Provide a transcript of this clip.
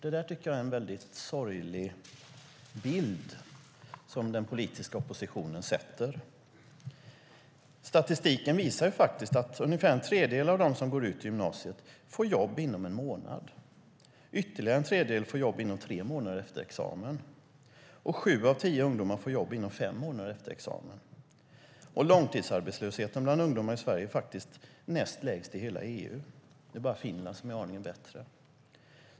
Det är en sorglig bild som den politiska oppositionen sätter. Statistiken visar att ungefär en tredjedel av dem som går ut gymnasiet får jobb inom en månad. Ytterligare en tredjedel får jobb inom tre månader efter examen, och sju av tio ungdomar får jobb inom fem månader efter examen. Långtidsarbetslösheten bland ungdomar i Sverige är näst lägst i hela EU; bara Finland är aningen bättre.